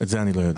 אני לא יודע.